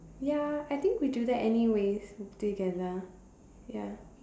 ya I think we do that anyways together ya